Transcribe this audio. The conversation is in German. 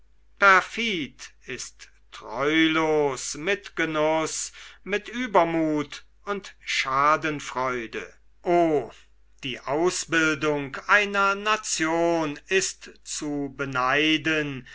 perfid ist treulos mit genuß mit übermut und schadenfreude o die ausbildung einer nation ist zu beneiden